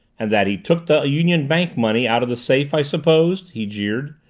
and that he took the union bank money out of the safe, i suppose? he jeered.